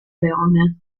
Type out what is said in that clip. leone